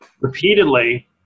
repeatedly